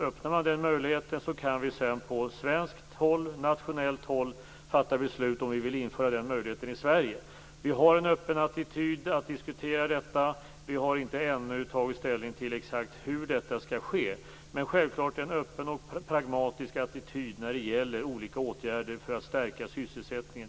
Öppnar man den möjligheten kan vi sedan på svenskt håll fatta beslut i frågan om vi vill införa den möjligheten i Sverige. Vi har en öppen attityd inför att diskutera detta. Vi har ännu inte tagit ställning till hur detta exakt skall ske, men det är självklart viktigt att vi har en öppen och pragmatisk attityd när det gäller olika åtgärder för att stärka sysselsättningen.